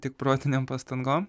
tik protinėm pastangom